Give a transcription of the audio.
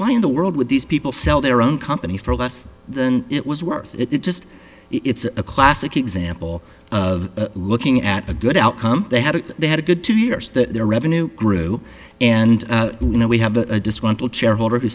why in the world would these people sell their own company for less than it was worth it just it's a classic example of looking at a good outcome they had a they had a good two years their revenue grew and you know we have a disgruntled shareholder who